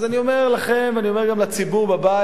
אז אני אומר לכם, אני אומר גם לציבור בבית: